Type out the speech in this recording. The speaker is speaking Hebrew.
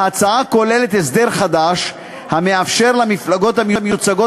ההצעה כוללת הסדר חדש המאפשר למפלגות המיוצגות